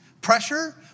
Pressure